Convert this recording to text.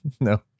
no